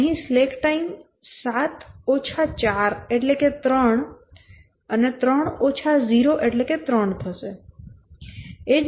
અહીં slack time 7 4 3 અને 3 0 3 થશે